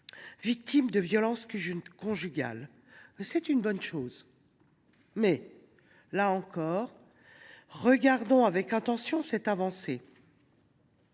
victimes de violences conjugales. C’est une bonne chose, mais, là encore, regardons avec attention cette avancée